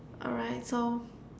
alright so